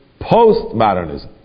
postmodernism